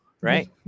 Right